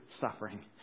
suffering